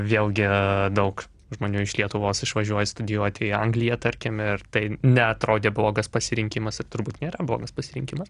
vėlgi daug žmonių iš lietuvos išvažiuoja studijuoti į angliją tarkim ir tai neatrodė blogas pasirinkimas ir turbūt nėra blogas pasirinkimas